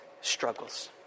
struggles